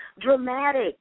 Dramatic